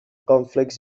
conflicts